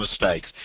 mistakes